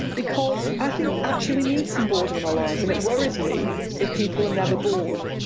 because i think actually we need some boredom in our lives and it worries me if people are never bored,